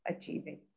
achieving